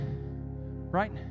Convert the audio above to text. right